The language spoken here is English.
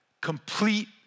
complete